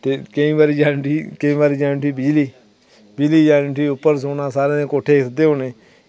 केईं बारी केईं बारी बिजली केईं बारी बिजली जानी उठीिसारें उप्पर सौना ते सारें दे कोठे सिद्धे होने